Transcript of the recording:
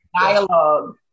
dialogue